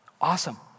Awesome